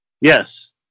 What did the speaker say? Yes